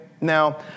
Now